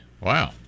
Wow